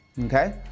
okay